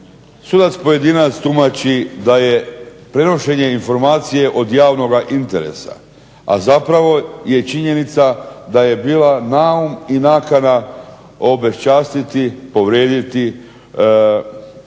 sudac pojedinac tumači da je prenošenje informacije od javnoga interesa, a zapravo je činjenica da je bila naum i nakana obeščastiti, povrijediti, osramotiti